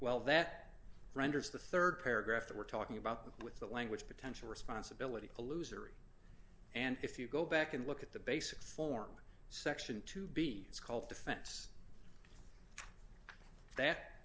well that renders the rd paragraph that we're talking about with that language potential responsibility a loser and if you go back and look at the basic form of section two b it's called defense that